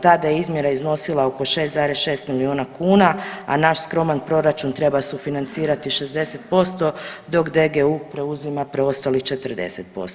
Tada je izmjera iznosila oko 6,6 miliona kuna, a naš skroman proračun treba sufinancirati 60% dok DGU preuzima preostalih 40%